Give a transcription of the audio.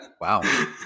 Wow